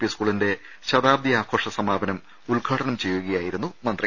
P സ്കൂളിന്റെ ശതാബ്ദി ആഘോഷ സമാപനം ഉദ്ഘാടനം ചെയ്യുകയായിരുന്നു മന്ത്രി